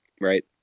right